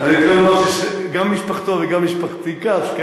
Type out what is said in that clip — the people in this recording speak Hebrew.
אני מתכוון לומר שגם משפחתו וגם משפחתי כץ.